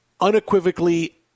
unequivocally